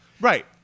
Right